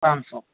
पाँच सौ